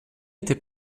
était